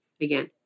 again